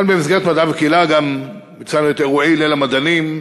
במסגרת מדע וקהילה גם ביצענו את אירועי "ליל המדענים",